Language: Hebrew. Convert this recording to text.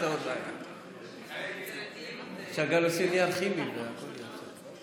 אפשר גם לשים נייר כימי והכול יהיה בסדר.